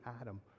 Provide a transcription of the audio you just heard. Adam